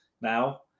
now